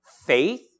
faith